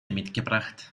mitgebracht